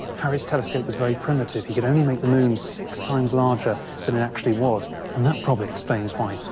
harriot's telescope was very primitive he could only make the moon six times larger than it actually was and that probably explains why,